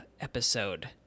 episode